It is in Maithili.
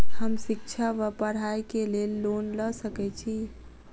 हम शिक्षा वा पढ़ाई केँ लेल लोन लऽ सकै छी?